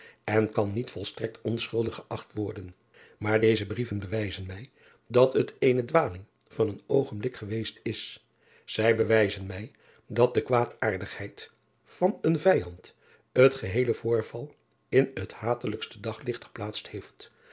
en kan niet volstrekt onschuldig geacht worden maar deze brieven bewijzen mij dat het eene dwaling van een oogenblik geweest is ij bewijzen mij dat de kwaadaardigheid van een vijand het geheele voorval in het hatelijkste daglicht geplaatst heeft